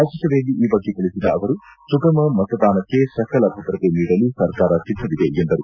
ರಾಜ್ಸಭೆಯಲ್ಲಿ ಈ ಬಗ್ಗೆ ತಿಳಿಸಿದ ಅವರು ಸುಗಮ ಮತದಾನಕ್ಕೆ ಸಕಲ ಭದ್ರತೆ ನೀಡಲು ಸರ್ಕಾರ ಸಿದ್ಧವಿದೆ ಎಂದರು